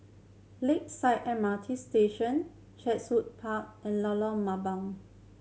Lakeside M R T Station Chatsworth Park and Lorong Mambong